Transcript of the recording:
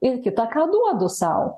ir kita ką duodu sau